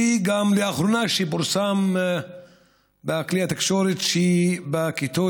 ולאחרונה פורסם בכלי התקשורת שבכיתות